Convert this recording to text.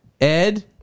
Ed